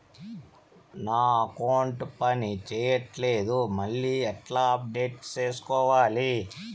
నా అకౌంట్ పని చేయట్లేదు మళ్ళీ ఎట్లా అప్డేట్ సేసుకోవాలి?